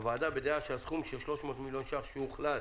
הוועדה בדעה שהסכום של 300 מיליון שקל שהוחלט